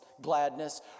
Gladness